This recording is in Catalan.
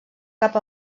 cap